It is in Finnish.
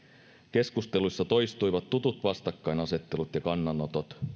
keskusteluissa toistuivat tutut vastakkainasettelut ja kannanotot